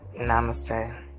namaste